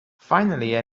finally